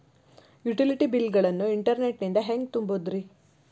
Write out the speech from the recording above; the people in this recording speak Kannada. ಯುಟಿಲಿಟಿ ಬಿಲ್ ಗಳನ್ನ ಇಂಟರ್ನೆಟ್ ನಿಂದ ಹೆಂಗ್ ತುಂಬೋದುರಿ?